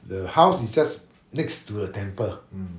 the house is just next to the temple